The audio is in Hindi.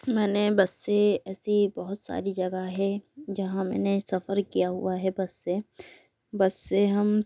मैंने बस से ऐसी बहुत सारी जगह है जहाँ मैंने सफ़र किया हुआ है बस से बस से हम